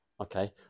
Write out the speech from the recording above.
Okay